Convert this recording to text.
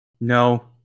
no